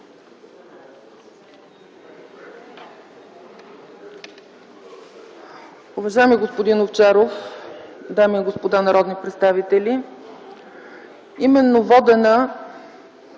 Уважаеми господин Овчаров, дами и господа народни представители! Именно, водена